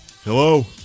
Hello